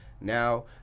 now